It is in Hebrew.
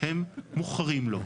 הם מוכרים לו.